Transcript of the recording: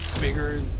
bigger